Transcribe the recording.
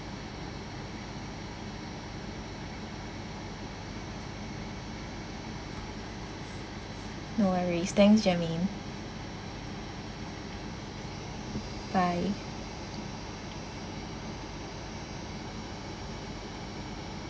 no worries thanks germaine bye